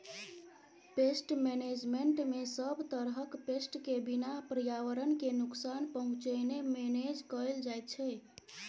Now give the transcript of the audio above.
pest मेनेजमेन्टमे सब तरहक पेस्ट केँ बिना पर्यावरण केँ नुकसान पहुँचेने मेनेज कएल जाइत छै